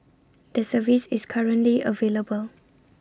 the service is currently available